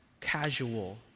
casual